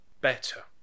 better